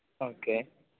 okay